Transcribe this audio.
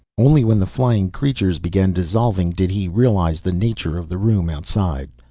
only when the flying creature began dissolving did he realize the nature of the room outside.